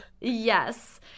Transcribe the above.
Yes